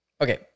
okay